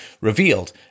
revealed